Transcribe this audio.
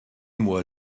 moi